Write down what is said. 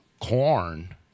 corn